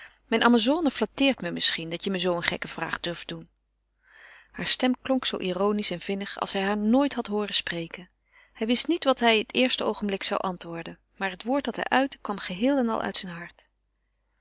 mijn amazone flatteert me misschien dat je me zoo een gekke vraag durft doen haar stem klonk zoo ironisch en vinnig als hij haar nooit had hooren spreken hij wist niet wat hij het eerste oogenblik zou antwoorden maar het woord dat hij uitte kwam geheel en al uit zijn hart